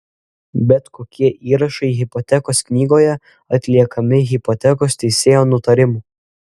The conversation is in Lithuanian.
bet kokie įrašai hipotekos knygoje atliekami hipotekos teisėjo nutarimu